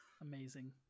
amazing